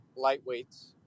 lightweights